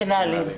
מנהלים.